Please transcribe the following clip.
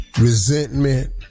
resentment